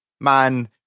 man